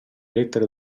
lettere